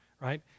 right